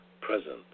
present